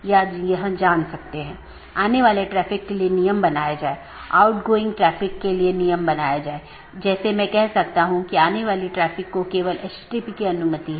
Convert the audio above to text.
तो एक BGP विन्यास एक ऑटॉनमस सिस्टम का एक सेट बनाता है जो एकल AS का प्रतिनिधित्व करता है